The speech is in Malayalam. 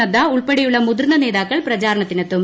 നഡ്സ ഉൾപ്പെടെയുള്ള മുതിർന്ന നേതാക്കൾ പ്രചാരണത്തിനെത്തും